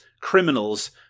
criminals